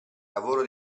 lavoro